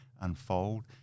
unfold